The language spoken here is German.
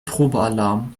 probealarm